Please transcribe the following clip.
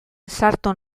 sartu